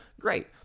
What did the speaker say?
Great